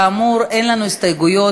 כאמור אין לנו הסתייגויות,